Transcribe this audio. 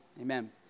Amen